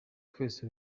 twese